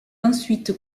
ensuite